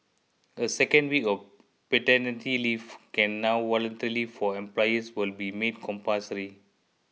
a second week of paternity leave can now voluntary for employers will be made compulsory